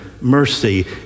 mercy